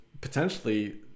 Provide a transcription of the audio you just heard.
potentially